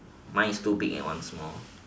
mine is two big and one small